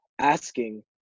asking